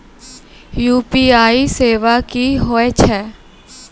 UPI सेवा की होय छै?